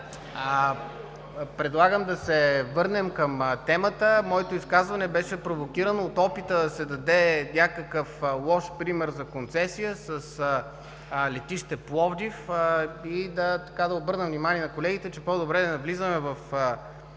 Предлагам да се върнем към темата. Моето изказване беше провокирано от опита да се даде някакъв лош пример за концесия с летище Пловдив и да обърна внимание на колегите, че е по-добре да не влизаме в този